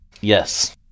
Yes